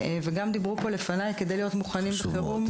אמרו פה לפניי שכדי להיות מוכנים בחירום,